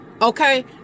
okay